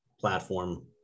platform